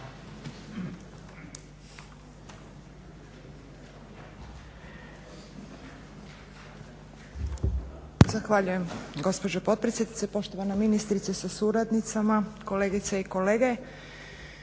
Hvala lijepo gospođo potpredsjednice. Gospođo ministrice sa suradnicama, kolegice i kolege.